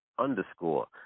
underscore